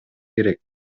керек